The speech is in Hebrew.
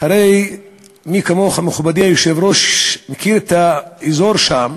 הרי מי כמוך, מכובדי היושב-ראש, מכיר את האזור שם,